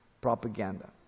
propaganda